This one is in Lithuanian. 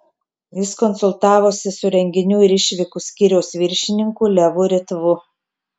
jis konsultavosi su renginių ir išvykų skyriaus viršininku levu ritvu